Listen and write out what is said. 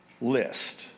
list